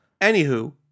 Anywho